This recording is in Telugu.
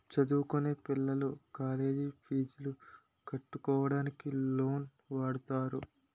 చదువుకొనే పిల్లలు కాలేజ్ పీజులు కట్టుకోవడానికి లోన్లు వాడుతారు